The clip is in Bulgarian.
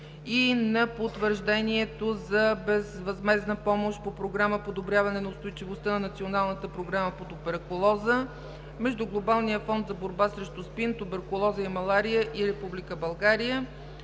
и на Потвърждението за безвъзмездна помощ по Програма „Подобряване на устойчивостта на Националната програма по туберкулоза” между Глобалния фонд за борба срещу СПИН, туберкулоза и малария и Република България.